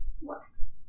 Wax